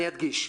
אני אדגיש,